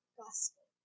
gospel